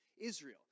Israel